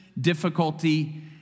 difficulty